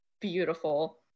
beautiful